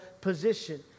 position